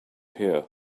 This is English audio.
here